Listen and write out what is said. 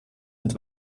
mit